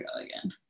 again